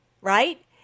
right